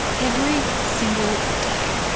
every single day.